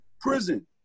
prison